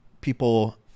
people